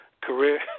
career